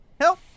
Help